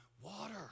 water